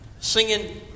singing